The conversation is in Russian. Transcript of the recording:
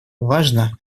важно